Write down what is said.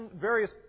various